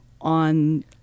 on